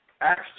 Acts